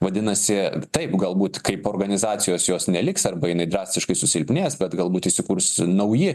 vadinasi taip galbūt kaip organizacijos jos neliks arba jinai drastiškai susilpnės bet galbūt įsikurs nauji